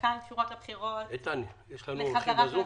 חלקן קשורות לחזרה של